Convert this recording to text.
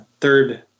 third